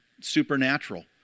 supernatural